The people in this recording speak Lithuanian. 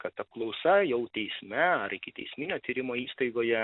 kad apklausa jau teisme ar ikiteisminio tyrimo įstaigoje